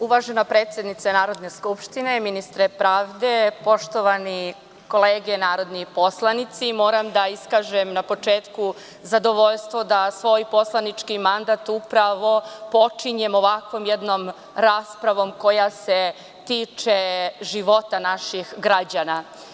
Uvažene predsednice Narodne skupštine, ministre pravde, poštovane kolege narodni poslanici, moram da iskažem na početku zadovoljstvo da svoj poslanički mandat upravo počinjem ovakvom jednom raspravom koja se tiče života naših građana.